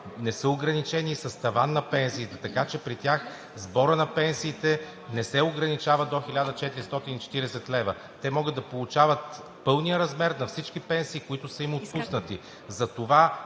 Не са ограничени и с таван на пенсиите. Така че при тях сборът на пенсиите не се ограничава до 1440 лв. Те могат да получават пълния размер на всички пенсии, които са им отпуснати.